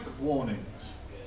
warnings